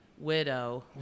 Widow